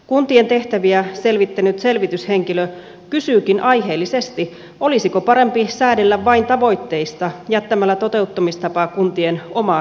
kuntien tehtäviä selvittänyt selvityshenkilö kysyykin aiheellisesti olisiko parempi säädellä vain tavoitteita jättämällä toteuttamistapa kuntien omaan harkintaan